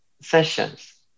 sessions